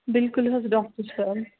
بِلکُل حظ ڈاکٹر صٲب